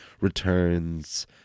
returns